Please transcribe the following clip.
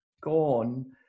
gone